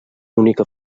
única